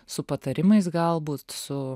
su patarimais galbūt su